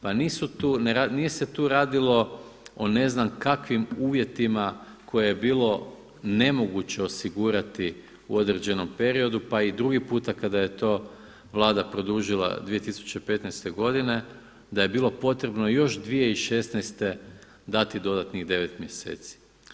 Pa nije se tu radilo o ne znam kakvim uvjetima koje je bilo nemoguće osigurati u određenom periodu, pa i drugi puta kada je to Vlada produžila 2015. godine da je bilo potrebno još 2016. dati dodatnih devet mjeseci.